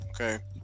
Okay